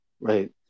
right